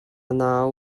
nau